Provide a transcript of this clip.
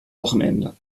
wochenende